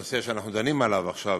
לנושא שאנחנו דנים בו עכשיו: